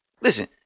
Listen